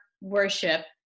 worship